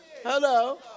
Hello